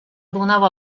donava